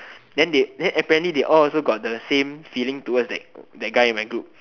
then they then apparently they all also got the same feeling towards that that guy in my group